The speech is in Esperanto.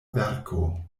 verko